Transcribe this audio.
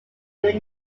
union